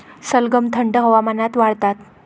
सलगम थंड हवामानात वाढतात